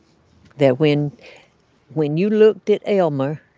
that when when you looked at elmer,